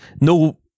no